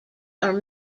are